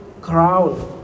crown